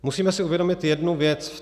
Musíme si uvědomit jednu věc.